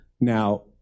now